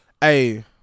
hey